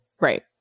Right